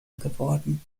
geworden